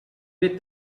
bit